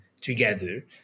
together